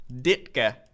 Ditka